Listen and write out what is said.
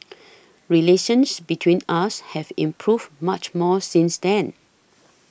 relations between us have improved much more since then